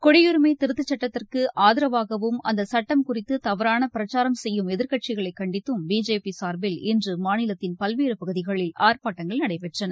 குடியுரிமை திருத்தச்சுட்டத்திற்கு ஆதரவாகவும் அந்த சுட்டம் குறித்து தவறான பிரச்சாரம் செய்யும் எதிர்க்கட்சிகளை கண்டித்தும் பிஜேபி சார்பில் இன்று மாநிலத்தின் பல்வேறு பகுதிகளில் ஆர்ப்பாட்டங்கள் நடைபெற்றன